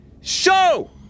show